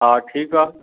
हा ठीकु आहे